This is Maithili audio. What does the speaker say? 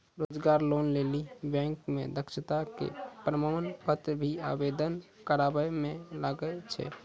रोजगार लोन लेली बैंक मे दक्षता के प्रमाण पत्र भी आवेदन करबाबै मे लागै छै?